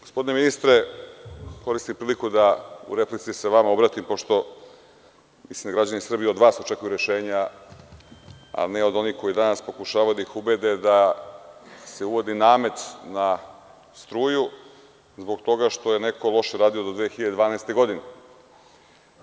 Gospodine ministre, koristim priliku da u replici sa vama se obratim, jer mislim da građani Srbije od vas očekuju rešenja, a ne od onih koji danas pokušavaju da ih ubede da se uvodi namet na struju, zbog toga što je neko loše radio do 2012. godine.